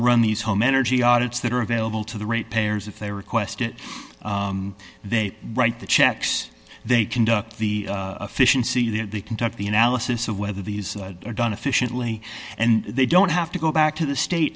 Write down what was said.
run these home energy audits that are available to the rate payers if they request it they write the checks they conduct the official see that they conduct the analysis of whether these are done efficiently and they don't have to go back to the state